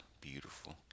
beautiful